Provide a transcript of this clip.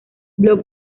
blog